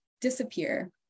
disappear